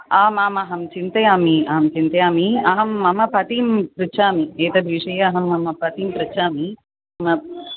आम् आम् अहं चिन्तयामि अहं चिन्तयामि अहं मम पतिं पृच्छामि एतत् विषये मम पतिं पृच्छामि